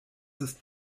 ist